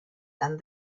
than